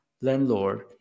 landlord